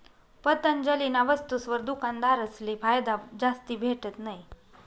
पतंजलीना वस्तुसवर दुकानदारसले फायदा जास्ती भेटत नयी